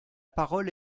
parole